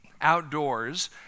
outdoors